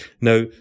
Now